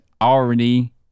already